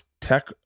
tech